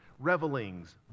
revelings